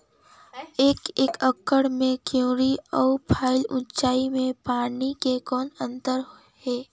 एक एकड़ म क्यारी अउ फव्वारा सिंचाई मे पानी के कौन अंतर हे?